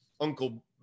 uncle